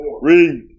Read